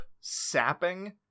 sapping